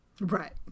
right